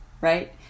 right